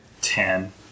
Ten